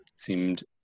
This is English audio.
seemed